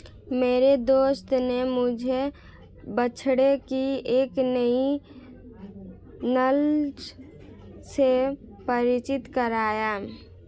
मेरे दोस्त ने मुझे बछड़े की एक नई नस्ल से परिचित कराया